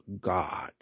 God